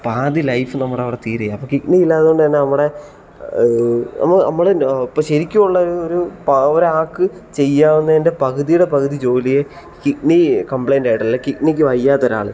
പാതി ലൈഫ് നമ്മുടെ അവിടെ തീരുകയാണ് അപ്പോൾ കിഡ്നി ഇല്ലാണ്ട് കൊണ്ട് തന്നെ നമ്മുടെ നമ്മുടെ ശരിക്കുമുള്ള ഒരു ഒരു ഒരാൾക്ക് ചെയ്യാവുന്നതിൻ്റെ പകുതിയുടെ പകുതി ജോലിയെ കിഡ്നി കമ്പ്ലൈന്റ് ആയിട്ടുള്ള കിഡ്നിക്ക് വയ്യാത്ത ഒരാൾ